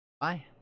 Bye